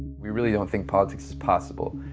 we really don't think politics is possible,